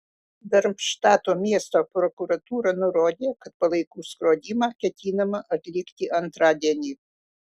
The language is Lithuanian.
darmštato miesto prokuratūra nurodė kad palaikų skrodimą ketinama atlikti antradienį